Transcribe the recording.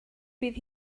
bydd